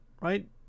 right